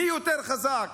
מי יותר חזק?